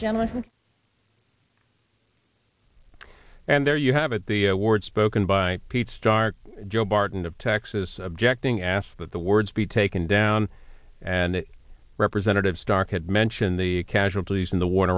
generously and there you have it the award spoken by pete stark joe barton of texas objecting asked that the words be taken down and representative stark had mentioned the casualties in the war in